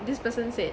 this person said